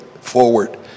forward